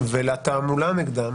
ולתעמולה נגדם